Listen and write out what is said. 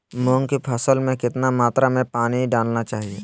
मूंग की फसल में कितना मात्रा में पानी डालना चाहिए?